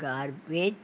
garbage